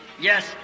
Yes